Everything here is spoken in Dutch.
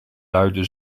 luide